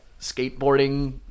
skateboarding